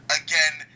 again